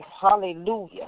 Hallelujah